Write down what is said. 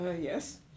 Yes